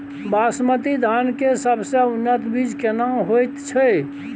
बासमती धान के सबसे उन्नत बीज केना होयत छै?